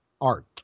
art